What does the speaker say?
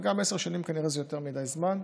וגם עשר שנים זה כנראה יותר מדי זמן.